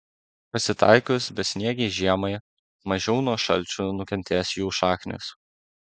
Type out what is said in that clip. pasitaikius besniegei žiemai mažiau nuo šalčių nukentės jų šaknys